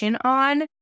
On